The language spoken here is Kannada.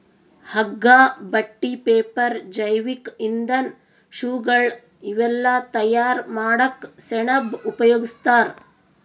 ಹಗ್ಗಾ ಬಟ್ಟಿ ಪೇಪರ್ ಜೈವಿಕ್ ಇಂಧನ್ ಶೂಗಳ್ ಇವೆಲ್ಲಾ ತಯಾರ್ ಮಾಡಕ್ಕ್ ಸೆಣಬ್ ಉಪಯೋಗಸ್ತಾರ್